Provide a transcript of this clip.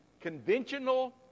conventional